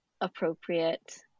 appropriate